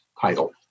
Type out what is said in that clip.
title